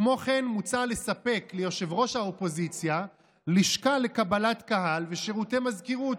כמו כן מוצע לספק ליושב-ראש האופוזיציה לשכה לקבלת קהל ושירותי מזכירות,